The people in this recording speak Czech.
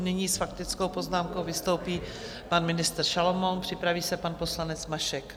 Nyní s faktickou poznámkou vystoupí pan ministr Šalomoun, připraví se pan poslanec Mašek.